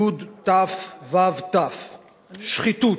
יו"ד, תי"ו, וי"ו, תי"ו, שחיתות: